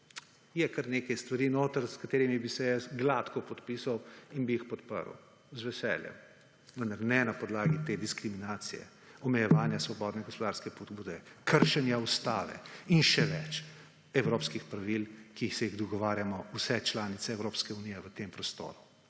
je kar nekaj stvari noter, s katerimi bi se jaz gladko podpisal in bi jih podprl z veseljem, vendar ne na podlagi te diskriminacije, omejevanja svobodne gospodarske pobude, kršenja Ustave in še več, evropskih pravil, ki se jih dogovarjamo vse članice Evropske unije v tem prostoru.